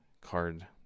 card